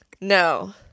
No